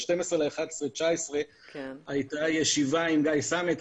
ב-12.11.2019 הייתה ישיבה עם גיא סמט,